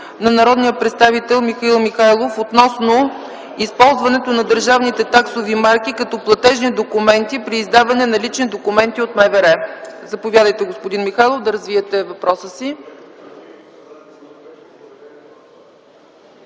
на народния представител Михаил Михайлов относно използването на държавните таксови марки като платежни документи при издаване на лични документи от МВР. Заповядайте, господин Михайлов, да развиете въпроса си.